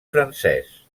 francès